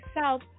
south